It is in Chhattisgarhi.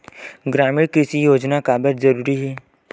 ग्रामीण कृषि योजना काबर जरूरी हे?